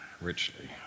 richly